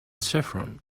saffron